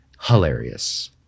hilarious